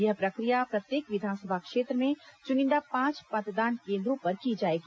यह प्रक्रि या प्रत्येक विधानसभा क्षेत्र में चुनिंदा पांच मतदान केन्द्रों पर की जाएगी